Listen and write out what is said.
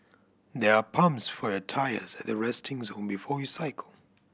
there are pumps for your tyres at the resting zone before you cycle